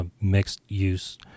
mixed-use